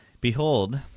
Behold